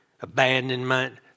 abandonment